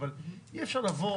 אבל אי אפשר לבוא